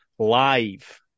live